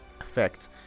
effect